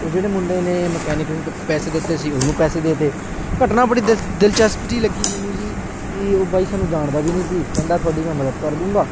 ਉਹ ਜਿਹੜੇ ਮੁੰਡੇ ਨੇ ਮਕੈਨਿਕ ਨੂੰ ਪੈਸੇ ਦਿੱਤੇ ਸੀ ਉਹਨੂੰ ਪੈਸੇ ਦੇ ਦਿੱਤੇ ਘਟਨਾ ਬੜੀ ਦਿਲ ਦਿਲਚਸਪ ਜੀ ਲੱਗੀ ਮੈਨੂੰ ਜੀ ਕਿ ਉਹ ਬਾਈ ਸਾਨੂੰ ਜਾਣਦਾ ਵੀ ਨਹੀਂ ਸੀ ਕਹਿੰਦਾ ਤੁਹਾਡੀ ਮੈਂ ਮਦਦ ਕਰ ਦੂੰਗਾ